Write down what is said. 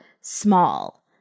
small